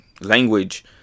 language